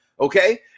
Okay